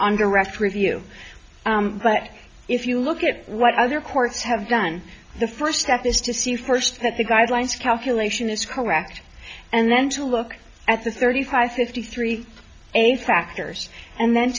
direct review but if you look at what other courts have done the first step is to see first that the guidelines calculation is correct and then to look at the thirty five fifty three a factors and then